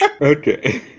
Okay